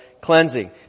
cleansing